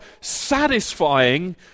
satisfying